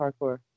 parkour